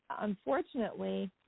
unfortunately